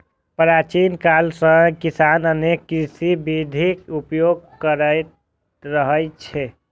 प्राचीन काल सं किसान अनेक कृषि विधिक उपयोग करैत रहल छै